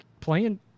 playing